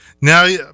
now